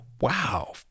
Wow